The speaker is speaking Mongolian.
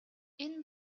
энэ